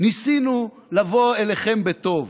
ניסינו לבוא אליכם בטוב,